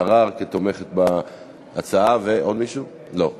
סיום או שינוי תוכנית הטבות לצרכן) עברה בקריאה טרומית